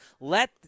Let